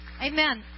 Amen